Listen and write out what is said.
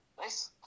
Nice